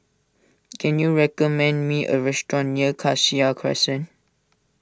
can you recommend me a restaurant near Cassia Crescent